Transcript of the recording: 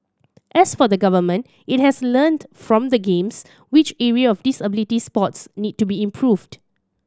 as for the Government it has learnt from the Games which area of disability sports need to be improved